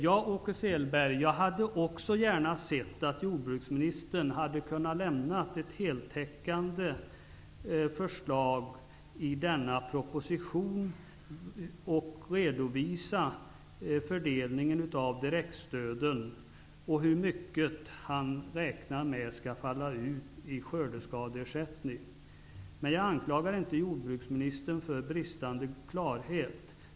Ja, Åke Sehlberg, också jag hade gärna sett att jordbruksministern hade kunnat lämna ett heltäckande förslag i denna proposition och samtidigt redovisat fördelningen av direktstöden samt hur mycket han räknar med skall falla ut i skördeskadeersättning. Men jag anklagar inte jordbruksministern för bristande klarhet.